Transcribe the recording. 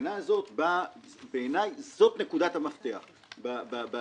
התקנה הזאת באה בעיניי זאת נקודת המפתח בעניין,